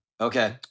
Okay